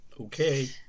Okay